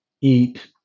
eat